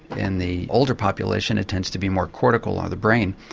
in the older population it tends to be more cortical, or the brain,